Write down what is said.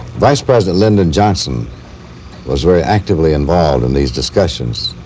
vice-president lyndon johnson was very actively involved in these discussions.